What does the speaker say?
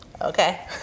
Okay